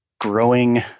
growing